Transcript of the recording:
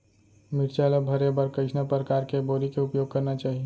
मिरचा ला भरे बर कइसना परकार के बोरी के उपयोग करना चाही?